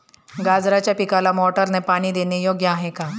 गाजराच्या पिकाला मोटारने पाणी देणे योग्य आहे का?